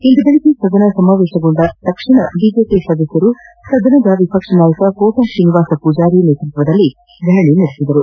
ಇಂದು ಬೆಳಗ್ಗೆ ಸದನ ಸಮಾವೇಶಗೊಂದ ತಕ್ಷಣ ಬಿಜೆಪಿ ಸದಸ್ಯರು ಸದನದ ವಿಪಕ್ಷ ನಾಯಕ ಕೋಣಾ ಶ್ರೀನಿವಾಸ ಪೂಜಾರಿ ಅವರ ನೇತೃತ್ವದಲ್ಲಿ ಧರಣಿ ನಡೆಸಿದರು